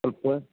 ಸ್ವಲ್ಪ